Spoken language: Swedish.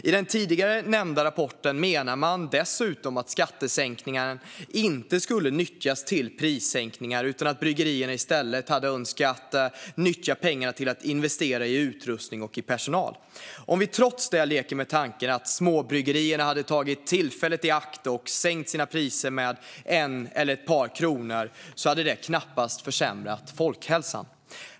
I den tidigare nämnda rapporten menar man dessutom att skattesänkningar inte skulle nyttjas till prissänkningar utan att bryggerierna i stället hade önskat nyttja pengarna till att investera i utrustning och personal. Om vi trots det leker med tanken att småbryggerierna hade tagit tillfället i akt och sänkt sina priser med en eller ett par kronor hade det knappast försämrat folkhälsan.